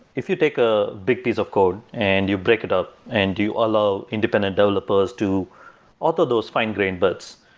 if you take a big piece of code and you break it up and you allow independent developers to author those fine grain bits,